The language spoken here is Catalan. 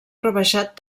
rebaixat